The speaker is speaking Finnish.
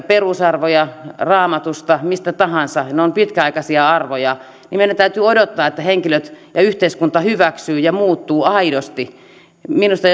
perusarvoja raamatusta mistä tahansa ne ovat pitkäaikaisia arvoja niin meidän täytyy odottaa että henkilöt ja yhteiskunta hyväksyvät ja muuttuvat aidosti minusta